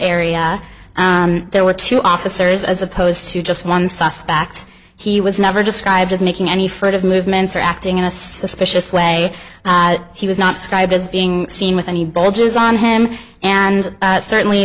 area there were two officers as opposed to just one suspect he was never described as making any furtive movements or acting in a suspicious way he was not sky busying seen with any bulges on him and certainly